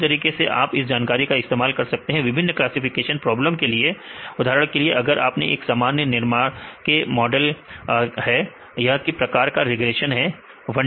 इसी तरीके से आप इस जानकारी का इस्तेमाल कर सकते हैं विभिन्नक्लासिफिकेशन प्रॉब्लम के लिए उदाहरण के लिए अगर आप एक सामान्य निर्वाण के मॉडल यह एक प्रकार का रिग्रेशन है 1d मैं